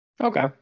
okay